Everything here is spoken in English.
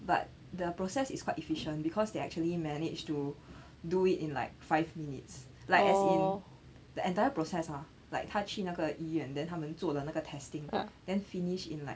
but the process is quite efficient because they actually managed to do it in five minutes as in the entire process ah like 他去那个医院 then 他们做了那个 testing then finish in like